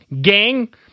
gang